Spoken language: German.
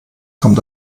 kommt